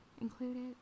included